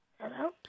Hello